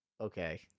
Okay